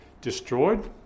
destroyed